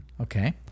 Okay